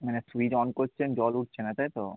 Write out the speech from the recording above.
মানে switch on করছেন জল উঠছে না তাই তো